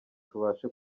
tubashe